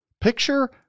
picture